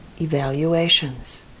evaluations